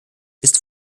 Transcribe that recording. ist